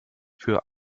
für